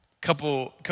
couple